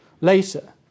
later